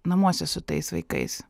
namuose su tais vaikais